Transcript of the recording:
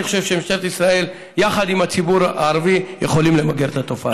אני חושב שמשטרת ישראל והציבור הערבי יכולים יחד למגר את התופעה.